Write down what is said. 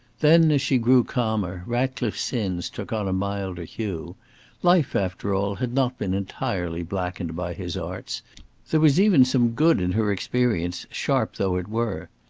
then as she grew calmer, ratcliffe's sins took on a milder hue life, after all, had not been entirely blackened by his arts there was even some good in her experience, sharp though it were.